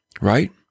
right